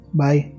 bye